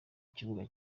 kibuga